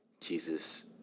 Jesus